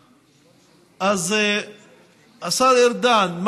בצפון, או שהדם של אדם שגר